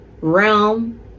realm